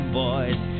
boys